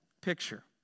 picture